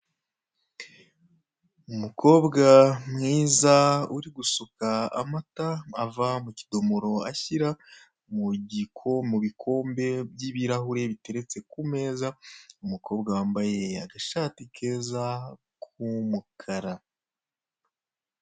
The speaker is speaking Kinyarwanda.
Umukobwa mwiza uri gusuka amata ava mu kidomoro ashyira mubikombe by'ibirahure biteretse ku meza. Umukobwa mwiza wambaye agashati k'umkara.